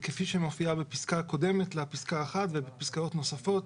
וכפי שמופיע בפסקה הקודמת ובפסקאות נוספות